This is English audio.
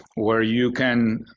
where you can